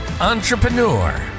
entrepreneur